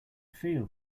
feel